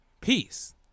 Peace